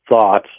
thoughts